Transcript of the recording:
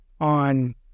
on